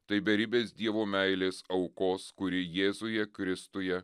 tai beribės dievo meilės aukos kuri jėzuje kristuje